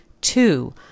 Two